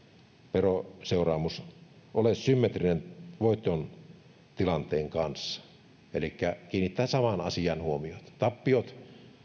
veroseuraamus ole symmetrinen voiton tilanteen kanssa elikkä ek kiinnittää samaan asiaan huomiota tappiot